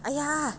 !aiya!